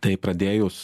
tai pradėjus